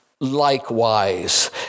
likewise